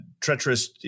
treacherous